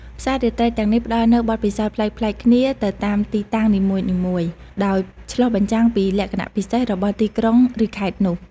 ផ្សាររាត្រីទាំងនេះផ្ដល់នូវបទពិសោធន៍ប្លែកៗគ្នាទៅតាមទីតាំងនីមួយៗ ដោយឆ្លុះបញ្ចាំងពីលក្ខណៈពិសេសរបស់ទីក្រុង ឬខេត្តនោះ។